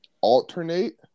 alternate